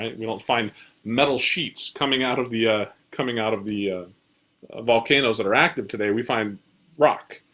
ah we don't find metal sheets coming out of the ah coming out of the volcanoes that are active today. we find rock.